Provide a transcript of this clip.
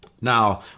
Now